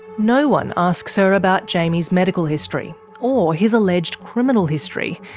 no one asks her about yeah jaimie's medical history or his alleged criminal history,